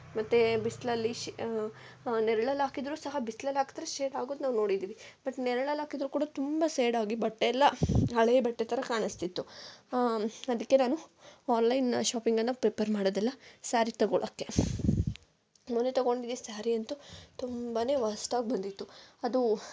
ಮತ್ತು ಬಿಸಿಲಲ್ಲಿ ಶ್ ನೆರ್ಳಲ್ಲಿ ಹಾಕಿದ್ರು ಸಹ ಬಿಸ್ಲಲ್ಲಿ ಹಾಕಿದ್ರೆ ಶೇಡಾಗೋದು ನಾವು ನೋಡಿದ್ದೀವಿ ಬಟ್ ನೆರ್ಳಲ್ಲಿ ಹಾಕಿದ್ರು ಕೂಡ ತುಂಬ ಸೇಡಾಗಿ ಬಟ್ಟೆ ಎಲ್ಲ ಹಳೇ ಬಟ್ಟೆ ಥರ ಕಾಣಿಸ್ತಿತ್ತು ಅದಕ್ಕೆ ನಾನು ಆನ್ಲೈನ್ ಶಾಪಿಂಗನ್ನು ಪ್ರಿಪರ್ ಮಾಡೋದಿಲ್ಲ ಸ್ಯಾರಿ ತೊಗೊಳ್ಳೋಕ್ಕೆ ಮೊನ್ನೆ ತೊಗೊಂಡಿದಿದ್ದು ಸ್ಯಾರಿ ಅಂತೂ ತುಂಬನೇ ವಸ್ಟಾಗಿ ಬಂದಿತ್ತು ಅದೂ